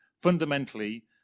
Fundamentally